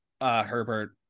Herbert